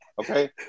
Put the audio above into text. Okay